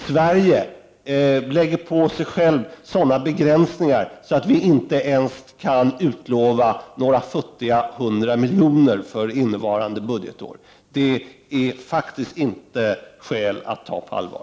Sverige lägger på sig sådana begränsningar att vi inte ens kan utlova några futtiga hundra miljoner för innevarande budgetår. Det är faktiskt inte skäl att ta detta på allvar.